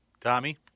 Tommy